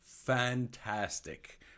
fantastic